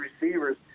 receivers